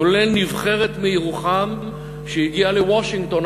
כולל נבחרת מירוחם שהגיעה לוושינגטון,